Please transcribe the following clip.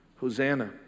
Hosanna